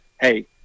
hey